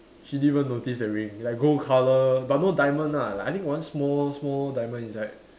she didn't even notice the ring like gold colour but no diamond lah like I think got one small small diamond inside